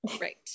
right